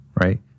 right